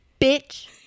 bitch